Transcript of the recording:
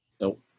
Nope